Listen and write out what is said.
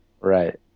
Right